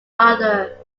other